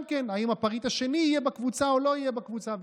אם הפריט השני יהיה בקבוצה או לא יהיה בקבוצה,